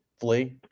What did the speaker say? flee